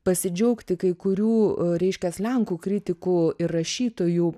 pasidžiaugti kai kurių reiškias lenkų kritikų ir rašytojų